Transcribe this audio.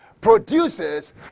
produces